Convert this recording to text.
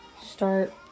start